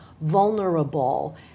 vulnerable